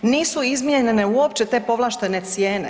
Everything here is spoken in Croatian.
Nisu izmijenjene uopće te povlaštene cijene.